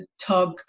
tug